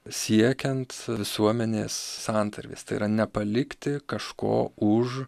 siekiant visuomenės santarvės tai yra nepalikti kažko už